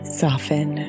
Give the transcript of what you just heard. soften